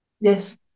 Yes